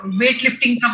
weightlifting